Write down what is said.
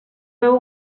veu